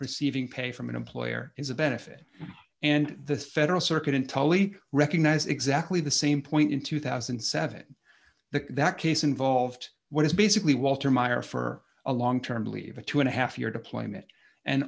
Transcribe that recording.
receiving pay from an employer is a benefit and the federal circuit entirely recognize exactly the same point in two thousand and seven the that case involved what is basically walter meyer for a long term believe a two and a half year deployment and